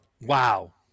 Wow